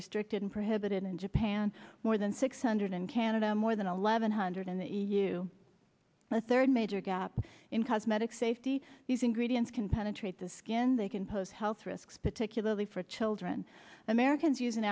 restricted in prohibited in japan more than six hundred and canada more than eleven hundred in the e u and a third major gap in cosmetic safety these ingredients can penetrate the skin they can pose health risks particularly for children americans use an